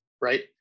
right